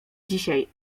dzisiaj